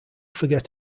forget